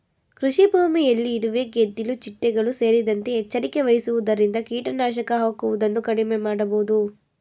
ಕೃಷಿಭೂಮಿಯಲ್ಲಿ ಇರುವೆ, ಗೆದ್ದಿಲು ಚಿಟ್ಟೆಗಳು ಸೇರಿದಂತೆ ಎಚ್ಚರಿಕೆ ವಹಿಸುವುದರಿಂದ ಕೀಟನಾಶಕ ಹಾಕುವುದನ್ನು ಕಡಿಮೆ ಮಾಡಬೋದು